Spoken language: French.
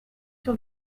sur